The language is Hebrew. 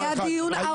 היה דיון ארוך.